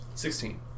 Sixteen